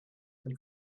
dem